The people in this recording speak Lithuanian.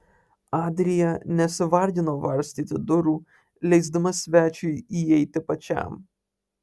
adrija nesivargino varstyti durų leisdama svečiui įeiti pačiam